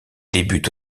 débute